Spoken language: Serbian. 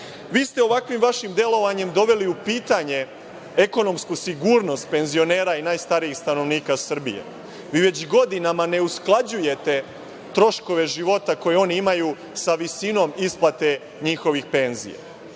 života. Ovakvim vašim delovanjem doveli ste u pitanje ekonomsku sigurnost penzionera i najstarijih stanovnika Srbije. Već godinama ne usklađujete troškove života koji oni imaju sa visinom isplate njihovih penzija.